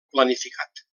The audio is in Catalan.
planificat